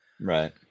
Right